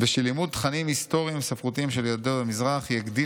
ושלימוד תכנים היסטוריים וספרותיים של יהודי המזרח יגדיל